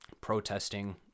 protesting